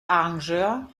arrangeur